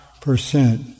percent